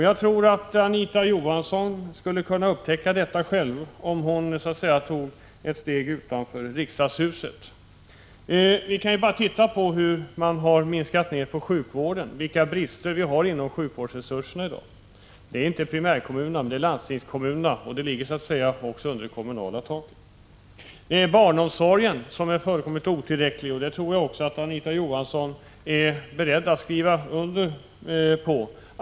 Jag tror att Anita Johansson skulle kunna upptäcka detta själv, om hon tog ett steg utanför riksdagshuset. Vi kan bara se på hur man har minskat ned på sjukvården, vilka brister vi har i dag när det gäller sjukvårdsresurserna. Detta gäller inte primärkommunerna utan landstingskommunerna, men de ligger ju också så att säga under det kommunala taket. Att barnomsorgen är fullkomligt otillräcklig tror jag att även Anita Johansson är beredd att skriva under på.